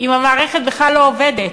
אם המערכת בכלל לא עובדת?